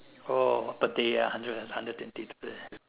oh birthday ah hundred hundred and twenty dollar